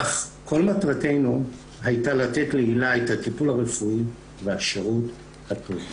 אך כל מטרתנו הייתה לתת להילה את הטיפול הרפואי ואת השירות הטוב ביותר.